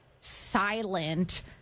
silent